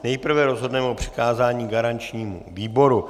Nejprve rozhodneme o přikázání garančnímu výboru.